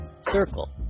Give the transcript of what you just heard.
circle